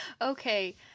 okay